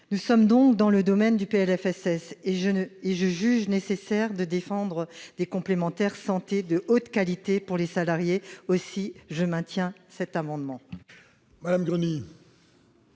nous sommes bien dans le champ du PLFSS, et je juge nécessaire de défendre des complémentaires santé de haute qualité pour les salariés. Je maintiens l'amendement.